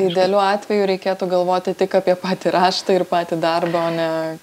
idealiu atveju reikėtų galvoti tik apie patį raštą ir patį darbą o ne